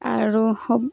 আৰু